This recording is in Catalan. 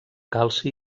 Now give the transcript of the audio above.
calci